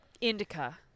Indica